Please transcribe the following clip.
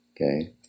okay